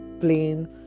plain